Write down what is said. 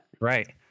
Right